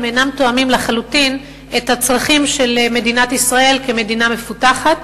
הם אינם תואמים לחלוטין את הצרכים של מדינת ישראל כמדינה מפותחת,